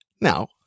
Now